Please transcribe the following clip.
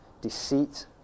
deceit